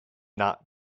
not